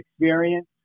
experience